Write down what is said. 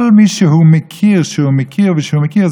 כל מי שהוא מכיר שהוא מכיר ושהוא מכיר,